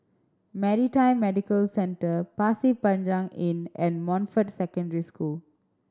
Maritime Medical Centre Pasir Panjang Inn and Montfort Secondary School